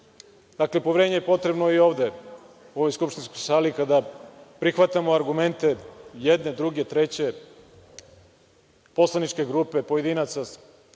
Poverenje je potrebno i ovde u ovoj skupštinskoj sali kada prihvatamo argumente jedne, druge, treće poslaničke grupe, pojedinaca,